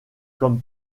comme